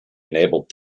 enabled